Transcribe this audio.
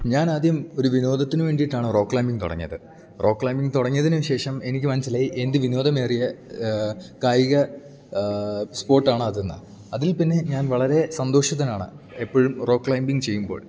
ഞാനാദ്യം ഒരു വിനോദത്തിന് വേണ്ടിയിട്ടാണ് റോക്ക് ക്ലൈമ്പിങ്ങ് തുടങ്ങിയത് റോക്ക് ക്ലൈമ്പിങ്ങ് തുടങ്ങിയതിനു ശേഷം എനിക്ക് മനസ്സിലായി എന്ത് വിനോദമേറിയ കായിക സ്പോട്ടാണ് അതെന്ന് അതിൽ പിന്നെ ഞാൻ വളരെ സന്തോഷിതനാണ് എപ്പോഴും റോക്ക് ക്ലൈമ്പിങ്ങ് ചെയ്യുമ്പോൾ